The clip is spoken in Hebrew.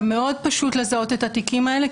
מאוד פשוט לזהות את התיקים האלה,